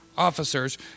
Officers